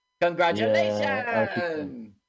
Congratulations